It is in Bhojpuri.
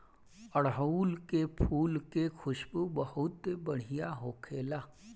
अढ़ऊल के फुल के खुशबू बहुत बढ़िया होखेला